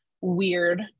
weird